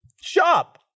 Shop